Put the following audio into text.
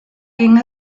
ging